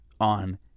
on